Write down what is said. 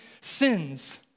sins